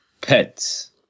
pets